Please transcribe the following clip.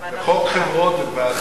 זה חוק חברות ותאגידים,